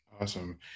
Awesome